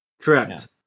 Correct